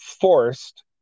forced